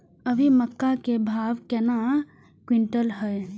अभी मक्का के भाव केना क्विंटल हय?